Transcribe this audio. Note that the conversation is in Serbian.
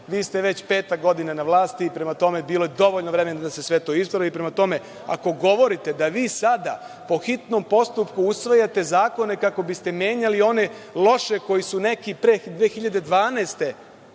vi ste već peta godina na vlasti i bilo je dovoljno vremena da se sve to ispravi. Prema tome, ako govorite da vi sada po hitnom postupku usvajate zakone kako bi ste menjali one loše koje su neki pre 2012.